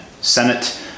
Senate